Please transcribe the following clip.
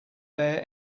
bear